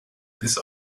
this